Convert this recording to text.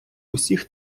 усіх